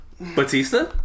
batista